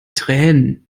tränen